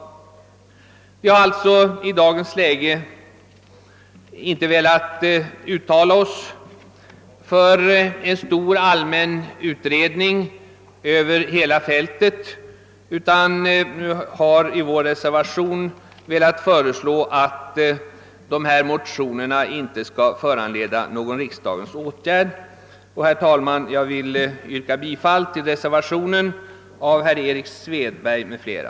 I dagens läge har vi inte velat uttala oss för en stor allmän utredning över hela fältet. Vi har därför i vår reservation föreslagit att motionerna inte skall föranleda någon riksdagens åtgärd. Jag vill därför, herr talman, yrka bifall till reservationen av herr Erik Svedberg m.fl.